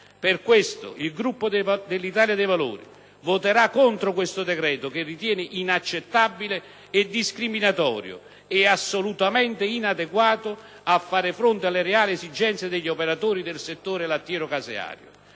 Per questo, il Gruppo Italia dei Valori voterà contro questo decreto-legge, che ritiene inaccettabile, discriminatorio e assolutamente inadeguato a fare fronte alle reali esigenze degli operatori del settore lattiero-caseario.